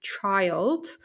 child